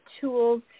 tools